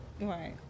Right